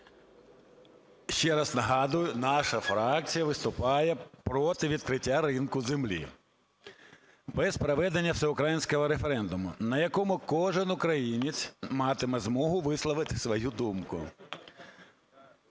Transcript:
Ще раз нагадую, наша фракція виступає проти відкриття ринку землі без проведення всеукраїнського референдуму, на якому кожен українець матиме змогу висловити свою думкую.